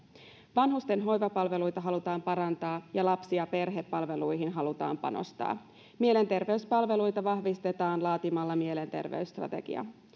vanhusten hoivapalveluita halutaan parantaa ja lapsi ja perhepalveluihin halutaan panostaa mielenterveyspalveluita vahvistetaan laatimalla mielenterveysstrategia